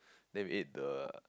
then we ate the